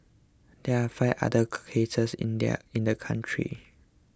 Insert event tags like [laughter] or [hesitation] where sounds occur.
there are five other [hesitation] cases in there in the country